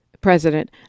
president